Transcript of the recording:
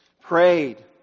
prayed